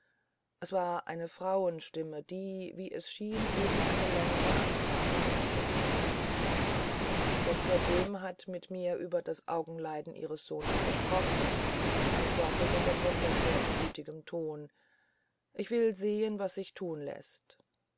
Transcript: es war eine frauenstimme die wie es schien eben eine längere ansprache beendete doktor böhm hat mit mir über das augenleiden ihres sohnes gesprochen antwortete der professor in gütigem tone ich will sehen was sich thun läßt